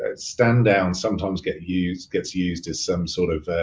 ah stand down, sometimes gets used gets used as some sort of